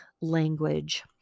language